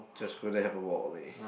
just go there have a walk only